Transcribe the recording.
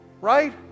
Right